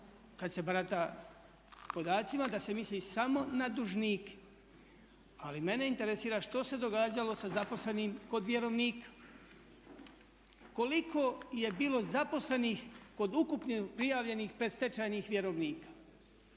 kad se barata podacima da se misli samo na dužnike. Ali mene interesira što se događalo sa zaposlenim kod vjerovnika? Koliko je bilo zaposlenih kod ukupno prijavljenih predstečajnih vjerovnika?